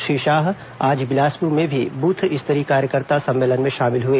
श्री शाह ने आज बिलासपुर में भी बूथ स्तरीय कार्यकर्ता सम्मलेन में शामिल हए